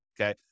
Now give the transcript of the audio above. okay